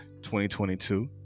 2022